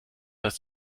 dass